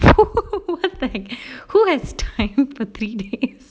what the heck who has time for three days